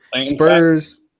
Spurs